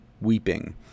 weeping